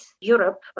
Europe